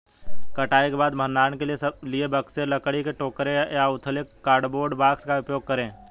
कटाई के बाद भंडारण के लिए बक्से, लकड़ी के टोकरे या उथले कार्डबोर्ड बॉक्स का उपयोग करे